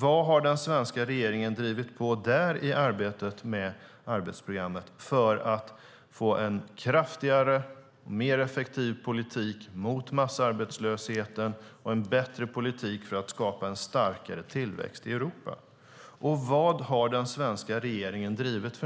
Vad har den svenska regeringen drivit när gäller arbetsprogrammet för att få en kraftigare och mer effektiv politik mot massarbetslöshet och en bättre politik för att skapa en starkare tillväxt i Europa? Vad har den svenska regeringen drivit